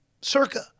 Circa